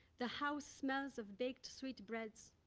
the house smells of baked sweetbreads,